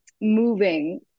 moving